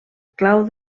clau